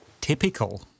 typical